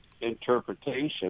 interpretation